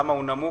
למה הוא נמוך,